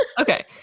okay